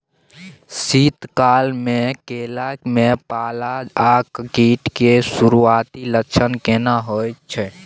शीत काल में केला में पाला आ कीट के सुरूआती लक्षण केना हौय छै?